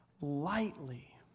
lightly